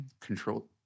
control